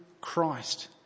Christ